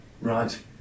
Right